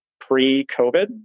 pre-COVID